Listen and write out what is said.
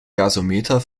gasometer